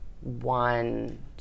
one